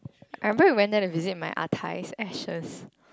I remember you went there to visit my ah-tai's ashes